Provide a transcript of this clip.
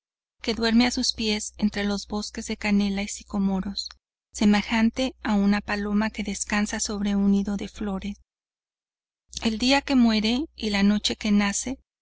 que duerme a sus pies entre los bosques de canela y sicomoros semejante a una paloma que descansa sobre un nido de flores el día que muere y la noche que nace